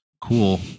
cool